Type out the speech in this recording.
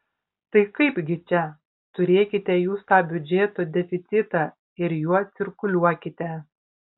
tai kaipgi čia turėkite jūs tą biudžeto deficitą ir juo cirkuliuokite